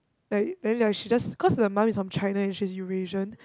like then like she just cause her mother is from China and she's Eurasian